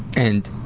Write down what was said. and